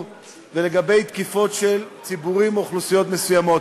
ולגבי תקיפת ציבורים או אוכלוסיות מסוימות.